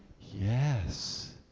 Yes